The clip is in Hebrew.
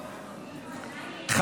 אגב,